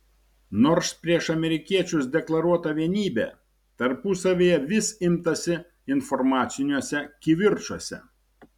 nors prieš amerikiečius deklaruota vienybė tarpusavyje vis imtasi informaciniuose kivirčuose